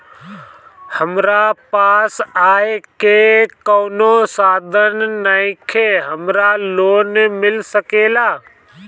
हमरा पास आय के कवनो साधन नईखे हमरा लोन मिल सकेला?